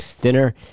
dinner